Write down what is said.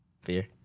Fear